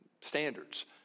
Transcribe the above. standards